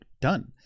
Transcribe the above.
done